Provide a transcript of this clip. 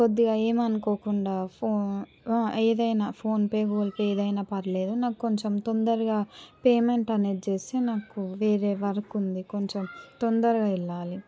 కొద్దిగా ఏమీ అనుకోకుండా ఫో ఏదైనా ఫోన్పే గూగుల్ పే ఏదైనా పర్లేదు నాకు కొంచెం తొందరగా పేమెంట్ అనేది చేస్తే నాకు వేరే వర్క్ ఉంది కొంచెం తొందరగా వెళ్ళాలి